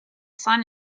sun